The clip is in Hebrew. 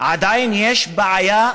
יש עוד בעיה רצינית.